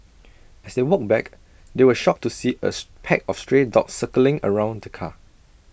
as they walked back they were shocked to see as pack of stray dogs circling around the car